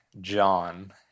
John